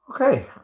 Okay